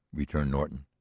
returned norton.